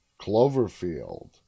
Cloverfield